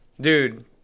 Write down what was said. dude